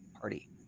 party